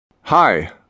Hi